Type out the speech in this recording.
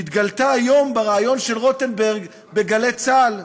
התגלתה היום בריאיון של רוטנברג ב"גלי צה"ל".